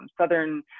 southern